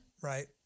right